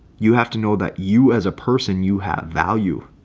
you have to know that you as a person, you have value.